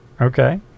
okay